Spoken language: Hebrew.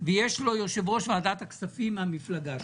ויש לו יושב-ראש ועדת כספים מהמפלגה שלו.